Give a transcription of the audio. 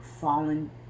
fallen